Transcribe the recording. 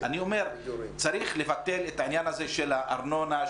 אני אומר, צריך לבטל את העניין הזה של הארנונה,